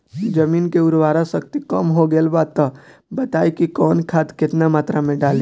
जमीन के उर्वारा शक्ति कम हो गेल बा तऽ बताईं कि कवन खाद केतना मत्रा में डालि?